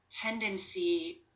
tendency